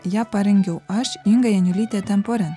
ją parengiau aš inga janiulytė temporen